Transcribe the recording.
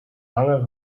langer